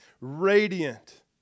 radiant